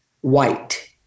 white